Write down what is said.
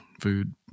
food